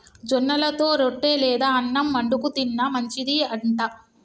జొన్నలతో రొట్టె లేదా అన్నం వండుకు తిన్న మంచిది అంట